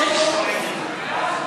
ההצעה